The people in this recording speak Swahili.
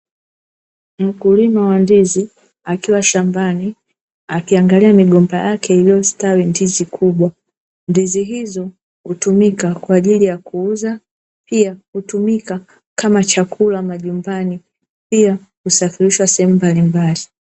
Mkulima wa ndizi akiwa shambani akiangalia migomba yake iliyostawi ndizi kubwa ndizi kubwa. Ndizi hizo hutumika kwa ajili ya kuuza, pia hutumika kama chakula majumbani, pia kusafirishwa sehemu mbalimbali.